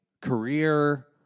career